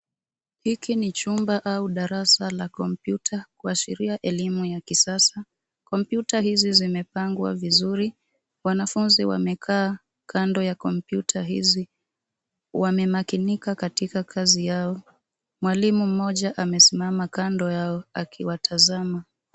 Hiki ni chumba au darasa la kompyuta, kuashiria elimu ya kisasa. Kompyuta hizi zimepangwa vizuri. Wanafunzi wamekaa kando ya kompyuta hizi. Wamemakinika katika kazi yao. Mwalimu mmoja amesimama kando yao, akiwatazama.